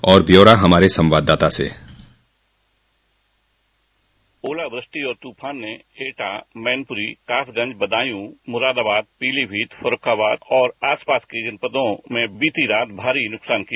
और ब्यौरा हमारे संवाददाता से ओलावृष्टि और तूफान ने एटा मैनपुरी कासगंज बदायूं मुरादाबाद पीलीभीत फर्रुखाबाद और आसपास के जनपदों में बीती रात भारी नुकसान किया